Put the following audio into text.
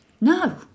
No